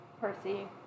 Percy